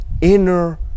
inner